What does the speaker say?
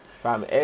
fam